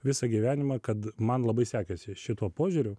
visą gyvenimą kad man labai sekėsi šituo požiūriu